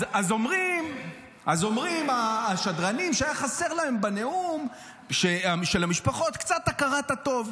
אז אומרים השדרנים שהייתה חסרה להם בנאום של המשפחות קצת הכרת הטוב.